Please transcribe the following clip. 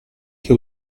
che